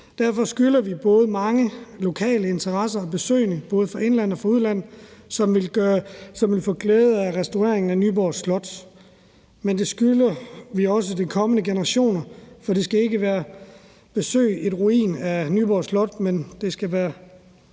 Det skylder vi både mange lokale interessenter og besøgende både fra indland og fra udland, som vil få glæde af restaureringen af Nyborg Slot, men det skylder vi også de kommende generationer, for et besøg på Nyborg Slot skal ikke være